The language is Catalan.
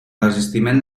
desistiment